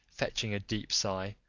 fetching a deep sigh,